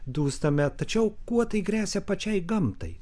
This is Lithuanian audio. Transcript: dūstame tačiau kuo tai gresia pačiai gamtai